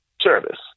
service